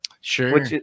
sure